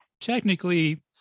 technically